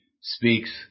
speaks